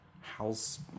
house